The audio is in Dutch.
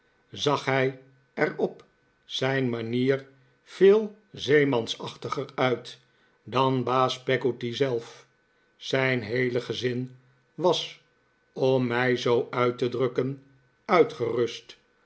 zag hij er op zijn manier veel zeemansachtiger uit dan baas peggotty zelf zijn heele gezin was om mij zoo uit te drukken uitgerust